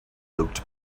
looked